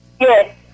Yes